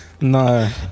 No